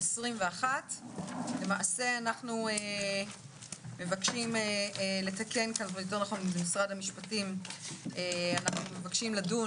למעשה אנחנו מבקשים ממשרד המשפטים לדון